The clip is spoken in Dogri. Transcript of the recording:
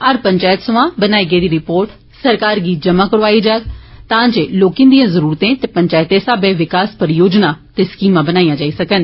हर पंचैत सोयां बनाई गेदी रिर्पोट सरकार गी जमा करौआई जां तां जे लोकें दिएं जरूरतें ते पंचैतें स्हाबें विकास परियोजनां ते स्कीमां बनाई जाई सकन